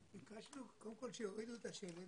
ביקשנו קודם כל שיורידו את השלט